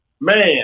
Man